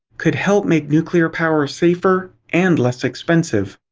could help make nuclear power safer and less expensive.